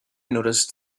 noticed